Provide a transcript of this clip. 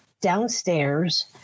downstairs